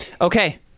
Okay